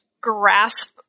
grasp